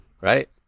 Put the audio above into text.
Right